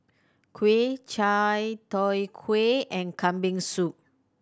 kuih Chai Tow Kuay and Kambing Soup